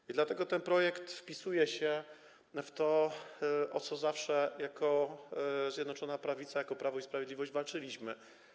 I dlatego ten projekt wpisuje się w to, o co zawsze jako Zjednoczona Prawica, jako Prawo i Sprawiedliwość walczyliśmy.